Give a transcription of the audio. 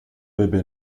bebê